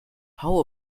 how